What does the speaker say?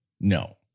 No